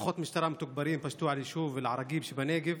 כוחות משטרה מתוגברים פשטו על היישוב אל-עראקיב שבנגב,